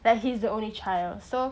like he's the only child so